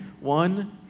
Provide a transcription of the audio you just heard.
One